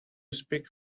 speak